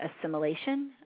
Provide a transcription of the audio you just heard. assimilation